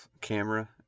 camera